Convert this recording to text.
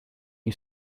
you